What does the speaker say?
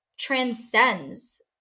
transcends